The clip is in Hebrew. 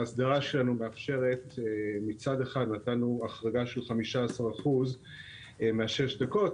בהסדרה שלנו מצד אחד נתנו החרגה של 15% משש הדקות,